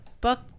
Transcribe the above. book